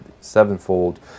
sevenfold